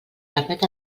permet